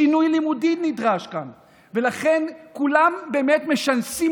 שינוי לימודי נדרש כאן ולכן כולם באמת משנסים